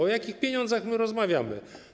O jakich pieniądzach my rozmawiamy?